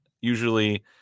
usually